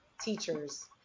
teachers